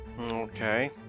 Okay